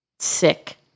sick